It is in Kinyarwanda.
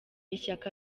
ishyaka